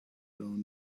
down